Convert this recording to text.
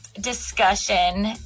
discussion